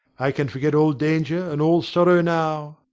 i can forget all danger and all sorrow now.